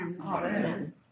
Amen